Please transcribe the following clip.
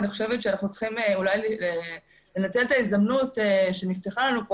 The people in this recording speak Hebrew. אני חושבת שאנחנו צריכים לנצל את חלון ההזדמנות שנפתח לנו פה,